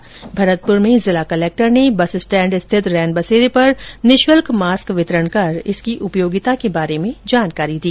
वहीं भरतपुर में जिला कलेक्टर ने बस स्टैण्ड स्थित रैन बसेरे पर निःशुल्क मास्क वितरण कर इसकी उपयोगिता के बारे में जानकारी दी